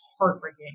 heartbreaking